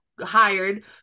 hired